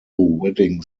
wedding